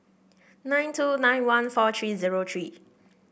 nine two nine one four three zero three